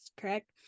correct